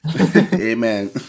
Amen